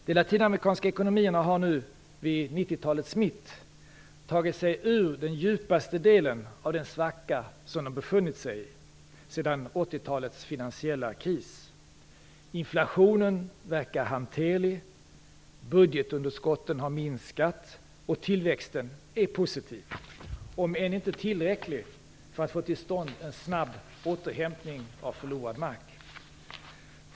De latinamerikanska ekonomierna har nu, vid 90 talets mitt, tagit sig ur den djupaste delen av den svacka som de befunnit sig i sedan 80-talets finansiella kris. Inflationen verkar hanterlig, budgetunderskotten har minskat och tillväxten är positiv - om än inte tillräckligt positiv för att få till stånd en snabb återhämtning av förlorad mark.